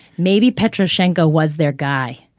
maybe petro chango was their guy.